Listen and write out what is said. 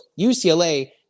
UCLA